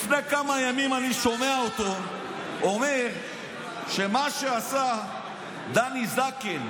לפני כמה ימים אני שומע אותו אומר שמה שעשה דני זקן,